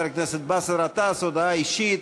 הפעם גם ביקש חבר הכנסת באסל גטאס הודעה אישית.